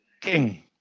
King